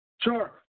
Sure